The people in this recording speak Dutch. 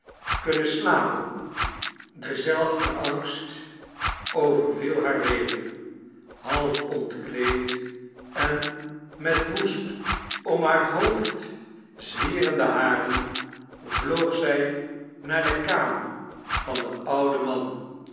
kunnen slapen dezelfde angst overviel haar weder half ontkleed en met woest om haar hoofd zwierende haren vloog zij naar de kamer van den ouden man